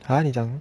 !huh! 你讲什么